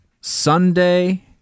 Sunday